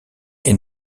est